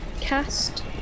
cast